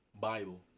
Bible